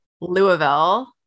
Louisville